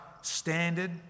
standard